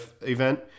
event